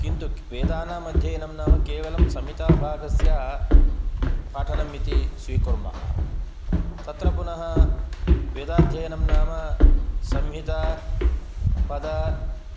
किन्तु वेदानाम् अध्ययनं नाम केवलं संहिताभागस्य पाठनम् इति स्वीकुर्मः तत्र पुनः वेदाध्ययनं नाम संहिता पद